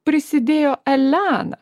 prisidėjo elena